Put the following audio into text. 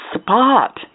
spot